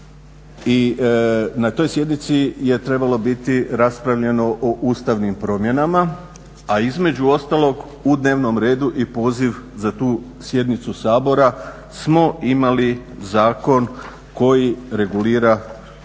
na toj sjednici je trebalo biti raspravljeno o ustavnim promjenama, a između ostalog u dnevnom redu i poziv za tu sjednicu Sabora smo imali zakon koji regulira to pitanje